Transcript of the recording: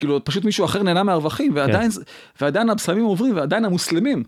כאילו, פשוט מישהו אחר נהנה מהרווחים, ועדיין הבשמים עוברים, ועדיין המוסלמים.